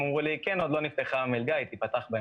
מה זאת החלטת הממשלה עליה את מדברת?